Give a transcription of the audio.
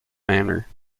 manner